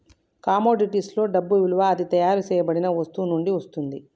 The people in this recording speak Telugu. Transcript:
కమోడిటీస్లో డబ్బు విలువ అది తయారు చేయబడిన వస్తువు నుండి వస్తుంది